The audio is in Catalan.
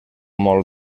molt